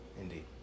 Indeed